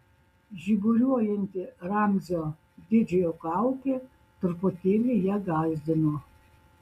žiburiuojanti ramzio didžiojo kaukė truputėlį ją gąsdino